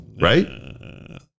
Right